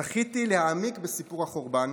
זכיתי להעמיק בסיפור החורבן.